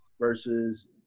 versus